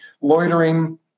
loitering